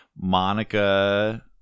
Monica